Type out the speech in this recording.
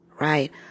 right